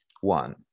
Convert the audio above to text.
one